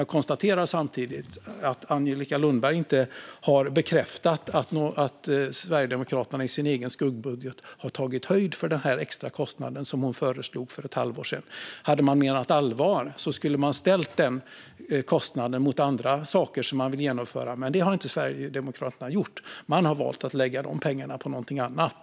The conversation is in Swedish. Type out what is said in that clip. Jag konstaterar dock samtidigt att Angelica Lundberg inte har bekräftat att Sverigedemokraterna i sin egen skuggbudget har tagit höjd för den extra kostnad som hon föreslog för ett halvår sedan. Hade man menat allvar skulle man ha ställt den kostnaden mot andra saker som man vill genomföra, men det har inte Sverigedemokraterna gjort. Man har valt att lägga de pengarna på någonting annat.